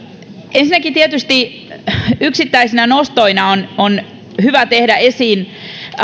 ensinnäkin yksittäisinä nostoina on on hyvä tuoda esiin